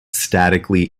statically